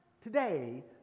today